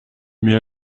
mais